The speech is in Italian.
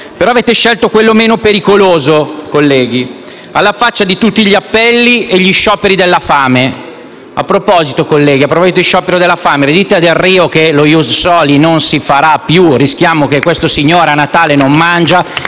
e avete scelto quello più pericoloso, colleghi, alla faccia di tutti gli appelli e gli scioperi della fame. A proposito di sciopero della fame, dite a Delrio che lo *ius soli* non si farà più; rischiamo che questo signore a Natale non mangi